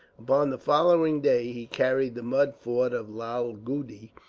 upon the following day he carried the mud fort of lalgudi,